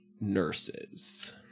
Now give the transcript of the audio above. nurses